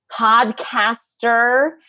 Podcaster